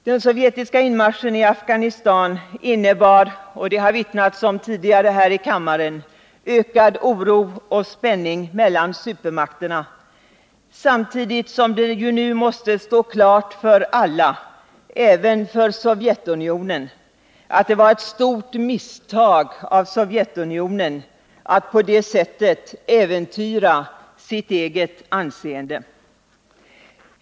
Den sovjetiska inmarschen i Afghanistan innebar — det har omvittnats tidigare här i kammaren — ökad oro och spänning mellan supermakterna, samtidigt som det nu måste stå klart för alla — även för Sovjetunionen — att det var ett stort misstag av Sovjetunionen att på det sättet äventyra sitt eget anseende.